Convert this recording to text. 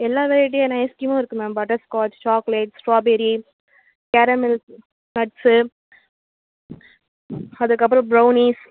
எல்லா வெரைட்டியான ஐஸ்க்ரீமும் இருக்குது ma'am butter scotch chocolate strawberry caramel nuts அதுக்கப்புறம் ப்ரவுனிஸ்